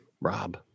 Rob